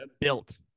built